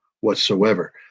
whatsoever